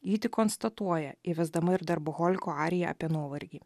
ji tik konstatuoja įvesdama ir darboholiko ariją apie nuovargį